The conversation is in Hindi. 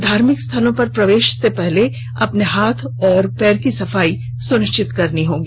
धार्मिक स्थलों पर प्रवेश से पहले अपने हाथ और पैर की सफाई सुनिश्चित करनी होगी